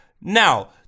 Now